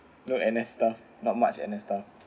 no N_S stuff not much N_S stuff